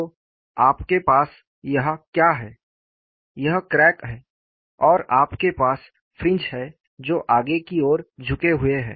तो आपके पास यहाँ क्या है यह क्रैक है और आपके पास फ्रिंज हैं जो आगे की ओर झुके हुए हैं